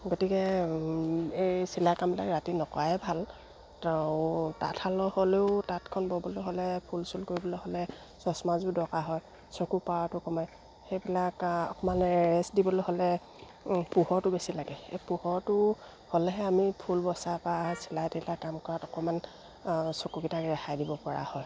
গতিকে এই চিলাই কামবিলাক ৰাতি নকৰাই ভাল তো তাঁতশালৰ হ'লেও তাঁতখন ব'বলৈ হ'লে ফুল চুল কৰিবলৈ হ'লে চশমাযোৰ দৰকাৰ হয় চকু পাৱাৰটো কমে সেইবিলাক আকৌ মানে ৰেষ্ট দিবলৈ হ'লে পোহৰটো বেছি লাগে এই পোহৰটো হ'লেহে আমি ফুল বচাৰপৰা চিলাই তিলাই কাম কৰাত অকণমান চকুকেইটাক ৰেহাই দিবপৰা হয়